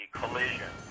collision